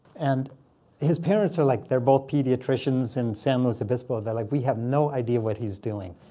and his parents are like they're both pediatricians in san luis obispo. they're like, we have no idea what he's doing.